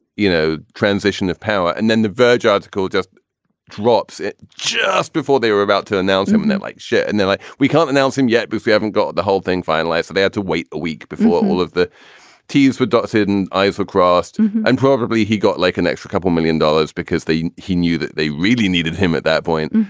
you know, transition of power. and then the verge article just drops it just before they were about to announce him like, shit. and like, we can't announcing yet but if you haven't got the whole thing finalized. they had to wait a week before all of the t's were dotted and either crossed and probably he got like an extra couple million dollars because they he knew that they really needed him at that point.